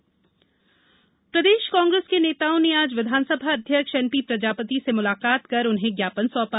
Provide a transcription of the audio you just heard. विस कांग्रेस ज्ञापन प्रदेश कांग्रेस के नेताओं ने आज विधानसभा अध्यक्ष एन पी प्रजापति से मुलाकात कर उन्हें ज्ञापन सौंपा